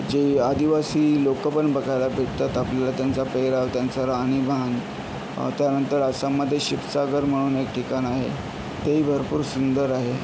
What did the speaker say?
जे आदिवासी लोकं पण बघायला भेटतात आपल्याला त्यांचा पेहराव त्यांचं राहणीमान त्यांनंतर आसाममध्ये शिवसागर म्हणून एक ठिकाण आहे तेही भरपूर सुंदर आहे